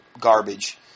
garbage